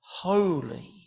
holy